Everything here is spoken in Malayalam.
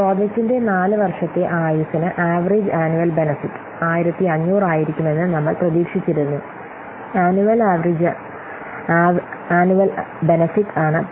പ്രോജക്റ്റിന്റെ 4 വർഷത്തെ ആയുസ്സിനു ആവറെജ് അന്നുവൽ ബെനെഫിറ്റ് 1500 ആയിരിക്കുമെന്ന് നമ്മൾ പ്രതീക്ഷിച്ചിരുന്നു അന്നുവൽ ആവറെജ് അന്നുവൽ ബെനെഫിറ്റ് ആണ് 15000